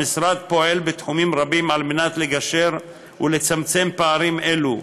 המשרד פועל בתחומים רבים על מנת לגשר ולצמצם פערים אלו,